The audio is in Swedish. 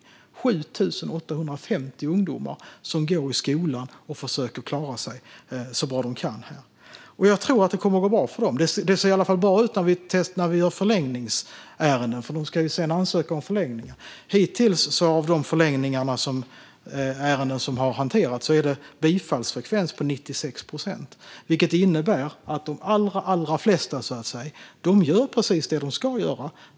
Det är 7 850 ungdomar som går i skolan och försöker klara sig så bra de kan här. Jag tror att det kommer att gå bra för dem. Det ser i varje fall bra ut när vi gör förlängningsärenden. De ska sedan ansöka om förlängningar. För de förlängningsärenden som hittills har hanterats är det en bifallsfrekvens på 96 procent. Det innebär att de allra flesta gör precis det de ska göra.